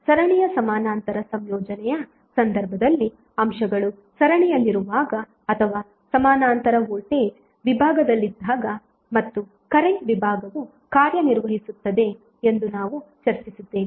ಸರಣಿಯ ಸಮಾನಾಂತರ ಸಂಯೋಜನೆಯ ಸಂದರ್ಭದಲ್ಲಿ ಅಂಶಗಳು ಸರಣಿಯಲ್ಲಿರುವಾಗ ಅಥವಾ ಸಮಾನಾಂತರ ವೋಲ್ಟೇಜ್ ವಿಭಾಗದಲ್ಲಿದ್ದಾಗ ಮತ್ತು ಕರೆಂಟ್ ವಿಭಾಗವು ಕಾರ್ಯನಿರ್ವಹಿಸುತ್ತದೆ ಎಂದು ನಾವು ಚರ್ಚಿಸಿದ್ದೇವೆ